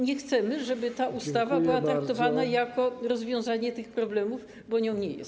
Nie chcemy, żeby ta ustawa była traktowana jak rozwiązanie tych problemów, bo nim nie jest.